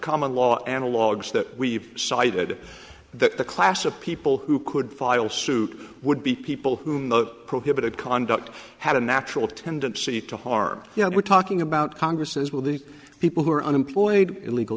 common law analogues that we've cited that the class of people who could file suit would be people whom the prohibited conduct had a natural tendency to harm you know we're talking about congress as well the people who are unemployed illegal